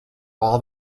all